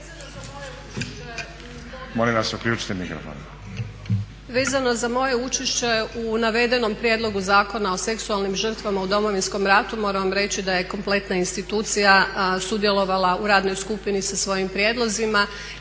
molim vas, uključite mikrofon